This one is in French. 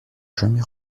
jamais